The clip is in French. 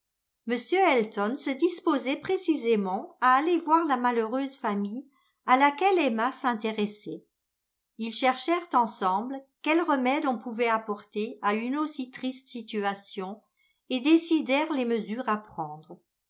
m elton se disposait précisément à aller voir la malheureuse famille à laquelle emma s'intéressait ils cherchèrent ensemble quels remèdes on pouvait apporter à une aussi triste situation et décidèrent les mesures à prendre